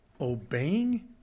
Obeying